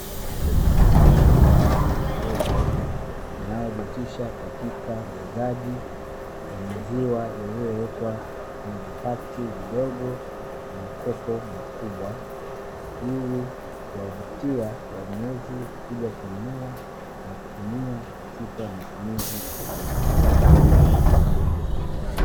Duka dogo linalojihusisha katika uuzaji wa maziwa yaliyowekwa kwenye vipakiti vidogo na makopo makubwa, ili kuwavutia wanunuzi kuja kununua na kutumia katika matumizi tofauti.